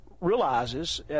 Realizes